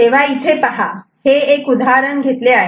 तेव्हा इथे पहा हे एक उदाहरण घेतले आहे